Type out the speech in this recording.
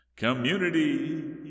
community